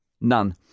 None